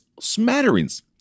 smatterings